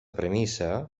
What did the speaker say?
premissa